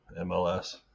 MLS